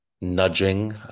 nudging